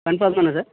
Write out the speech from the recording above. confirm தானே sir